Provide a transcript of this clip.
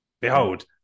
Behold